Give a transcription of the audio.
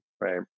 right